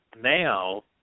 now